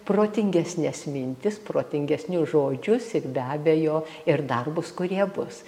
protingesnes mintis protingesnius žodžius ir be abejo ir darbus kurie bus